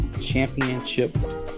championship